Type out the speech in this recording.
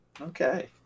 Okay